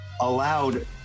allowed